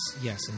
yes